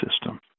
system